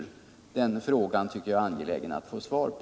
Den frågan tycker jag är angelägen att få svar på.